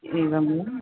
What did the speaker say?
एवं वा